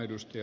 kannatan